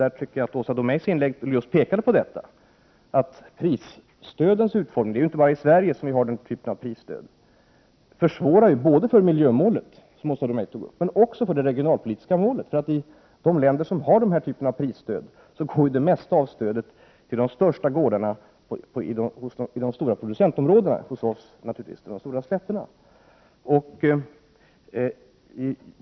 Åsa Domeij pekade i sitt inlägg just på detta, att prisstödets utformning försvårar för både miljömålet och det regionalpolitiska målet. Det är också andra länder som har den typen av prisstöd, och där går det mesta av stödet till de största gårdarna i de stora producentområdena. Hos oss går det naturligtvis till de stora slättbygderna.